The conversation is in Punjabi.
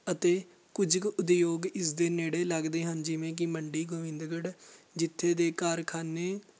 ਅਤੇ ਕੁਝ ਕੁ ਉਦਯੋਗ ਇਸਦੇ ਨੇੜੇ ਲੱਗਦੇ ਹਨ ਜਿਵੇਂ ਕਿ ਮੰਡੀ ਗੋਬਿੰਦਗੜ੍ਹ ਜਿੱਥੇ ਦੇ ਕਾਰਖਾਨੇ